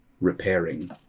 repairing